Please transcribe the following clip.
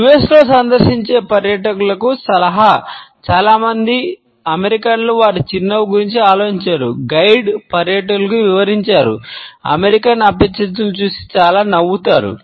US అపరిచితులను చూసి చాలా నవ్వుతారు